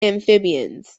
amphibians